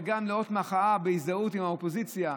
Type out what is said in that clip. וגם, לאות מחאה, בהזדהות עם האופוזיציה,